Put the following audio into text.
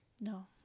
No